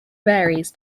varies